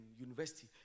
university